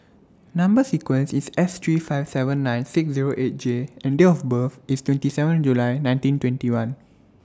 Number sequence IS S three five seven nine six Zero eight J and Date of birth IS twenty seven July nineteen twenty one